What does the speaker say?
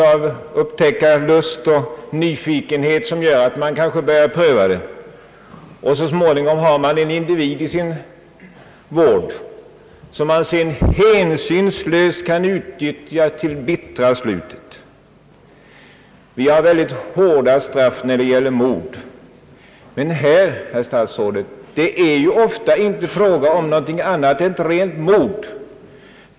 Av upptäckarlust och nyfikenhet kanske ungdomar prövar det, och så småningom har försäljaren i sin hand en individ som kan hänsynslöst utnyttjas till det bittra slutet. Vi har mycket hårda straff för mord, men är det inte här, herr statsråd, ofta fråga om i det närmaste detsamma som ett rent mord?